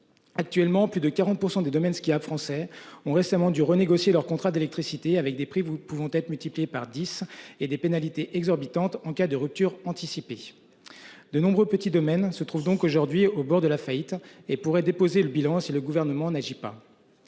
Actuellement, plus de 40% des domaines ce qui a français ont récemment dû renégocier leur contrat d'électricité avec des prix vous ne pouvant être multiplié par 10 et des pénalités exorbitantes, en cas de rupture anticipée. De nombreux petits domaines se trouve donc aujourd'hui au bord de la faillite et pourrait déposer le bilan. Si le gouvernement n'agit pas.